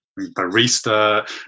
barista